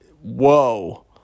whoa